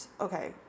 Okay